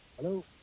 Hello